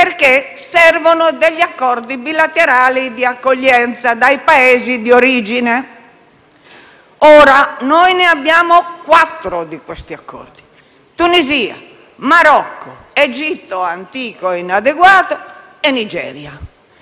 perché servono degli accordi bilaterali di accoglienza dai Paesi di origine. Ora, noi ne abbiamo quattro, di questi accordi, con Tunisia, Marocco, Egitto (antico e inadeguato) e Nigeria,